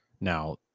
Now